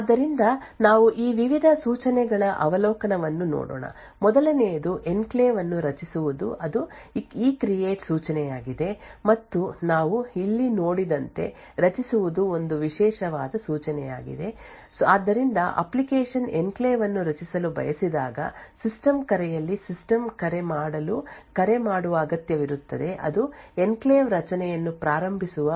ಆದ್ದರಿಂದ ನಾವು ಈ ವಿವಿಧ ಸೂಚನೆಗಳ ಅವಲೋಕನವನ್ನು ನೋಡೋಣ ಮೊದಲನೆಯದು ಎನ್ಕ್ಲೇವ್ ಅನ್ನು ರಚಿಸುವುದು ಅದು ಇಕ್ರಿಯೇಟ್ ಸೂಚನೆಯಾಗಿದೆ ಮತ್ತು ನಾವು ಇಲ್ಲಿ ನೋಡಿದಂತೆ ರಚಿಸುವುದು ಒಂದು ವಿಶೇಷವಾದ ಸೂಚನೆಯಾಗಿದೆ ಸೂಚನೆಯಾಗಿದೆ ಆದ್ದರಿಂದ ಅಪ್ಲಿಕೇಶನ್ ಎನ್ಕ್ಲೇವ್ ಅನ್ನು ರಚಿಸಲು ಬಯಸಿದಾಗ ಸಿಸ್ಟಂ ಕರೆಯಲ್ಲಿ ಸಿಸ್ಟಮ್ ಕರೆ ಮಾಡಲು ಕರೆ ಮಾಡುವ ಅಗತ್ಯವಿರುತ್ತದೆ ಅದು ಎನ್ಕ್ಲೇವ್ ರಚನೆಯನ್ನು ಪ್ರಾರಂಭಿಸುವ ಇಕ್ರಿಯೇಟ್ ಸೂಚನೆ ಇರುತ್ತದೆ